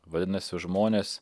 vadinasi žmonės